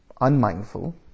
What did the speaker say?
unmindful